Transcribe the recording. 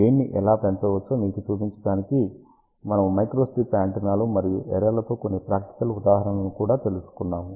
gain ని ఎలా పెంచావచ్చో మీకు చూపించడానికి మనము మైక్రోస్ట్రిప్ యాంటెన్నా లు మరియు ఎరే లతో కొన్ని ప్రాక్టికల్ ఉదాహరణలను కూడా తెలుసుకున్నాము